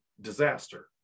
disaster